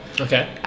okay